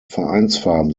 vereinsfarben